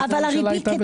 איזו ממשלה הייתה ב-2022?